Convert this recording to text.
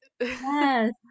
Yes